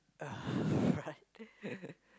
ah right